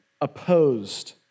opposed